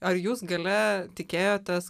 ar jūs gale tikėjotės